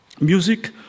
Music